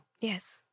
Yes